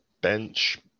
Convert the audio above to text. bench